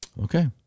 Okay